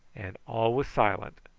and all was silent,